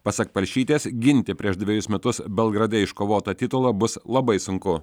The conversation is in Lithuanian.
pasak palšytės ginti prieš dvejus metus belgrade iškovotą titulą bus labai sunku